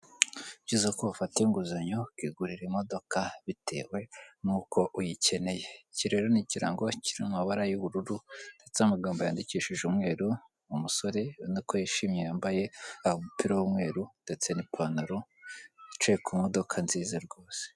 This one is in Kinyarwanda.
Byiza ko ufata inguzanyo ukigurira imodoka bitewe nuko uyikeneye, iki rero ni ikirango cy'amabara y'ubururu ndetse amagambo yandikishije umweru umusore ubona ko yishimye yambaye umupira w'umweru ndetse n'ipantaro yicaye ku modoka nziza rwose.